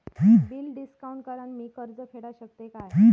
Bill discount करान मी कर्ज फेडा शकताय काय?